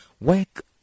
Work